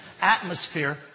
Atmosphere